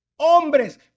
Hombres